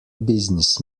business